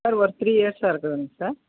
sir ஒரு three இயர்ஸ்சாக இருக்குதுங்க சார்